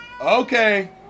Okay